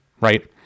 right